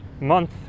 month